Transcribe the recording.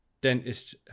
dentist